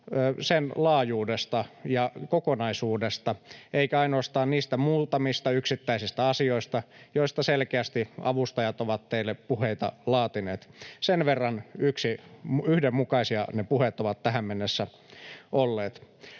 sen laajuudesta ja kokonaisuudesta eikä ainoastaan niistä muutamista yksittäisistä asioista, joista selkeästi avustajat ovat teille puheita laatineet. Sen verran yhdenmukaisia ne puheet ovat tähän mennessä olleet.